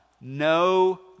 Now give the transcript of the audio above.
No